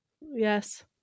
yes